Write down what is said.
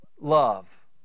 love